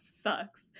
sucks